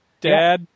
Dad